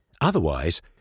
Otherwise